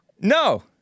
No